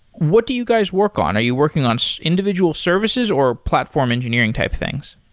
what do you guys work on? are you working on so individual services or platform engineering type things?